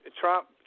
trump